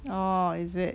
orh is it